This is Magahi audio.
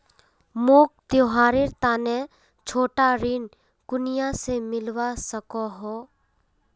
मोक त्योहारेर तने छोटा ऋण कुनियाँ से मिलवा सको हो?